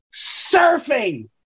Surfing